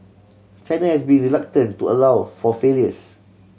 China has been reluctant to allow for failures